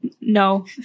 No